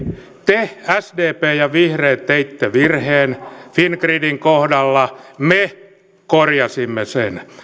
te sdp ja vihreät teitte virheen fingridin kohdalla me korjasimme sen